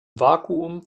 vakuum